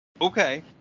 okay